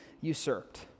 usurped